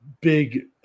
big